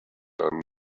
are